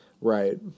Right